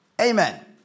Amen